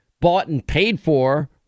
bought-and-paid-for